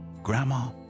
Grandma